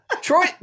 Troy